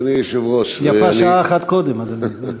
אדוני היושב-ראש, יפה שעה אחת קודם, אדוני.